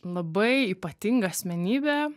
labai ypatinga asmenybė